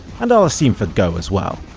and i'll assume for go as well,